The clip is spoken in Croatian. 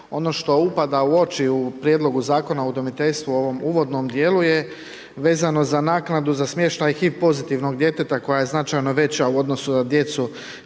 ono što upada u oči u Prijedlogu Zakona o udomiteljstvu u ovom uvodnom dijelu je vezano za naknadu za smještaj HIV pozitivnog djeteta koja je značajno veća u odnosu na djecu